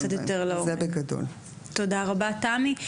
תודה רבה, תמי.